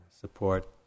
support